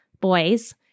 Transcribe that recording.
boys